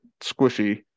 squishy